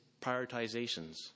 prioritizations